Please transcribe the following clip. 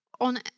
on